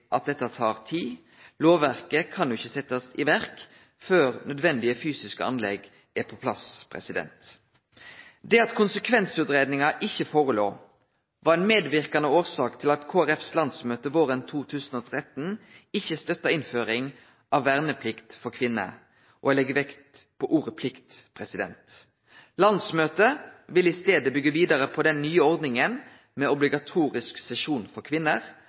at dette tar tid. Lovverket kan ikkje setjast i verk før nødvendige fysiske anlegg er på plass. Det at konsekvensutgreiingar ikkje låg føre, var ei medverkande årsak til at Kristeleg Folkepartis landsmøte våren 2013 ikkje støtta innføring av verneplikt for kvinner – og eg legg vekt på ordet «plikt». Landsmøtet ville i staden byggje vidare på den nye ordninga med obligatorisk sesjon for kvinner